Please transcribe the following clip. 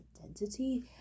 identity